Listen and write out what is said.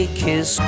kiss